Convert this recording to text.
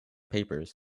papers